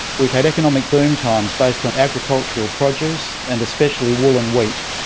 we've had economic boom times based on agricultural produce and especially wool and wheat,